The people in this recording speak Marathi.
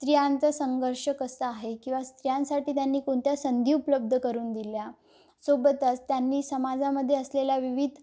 स्त्रियांचां संघर्ष कसा आहे किंवा स्त्रियासाठी त्यांनी कोणत्या संधी उपलब्ध करून दिल्या सोबतच त्यांनी समाजामध्येे असलेल्या विविध